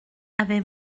avait